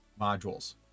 modules